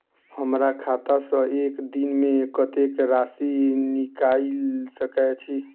हमरा खाता सऽ एक दिन मे कतेक राशि निकाइल सकै छी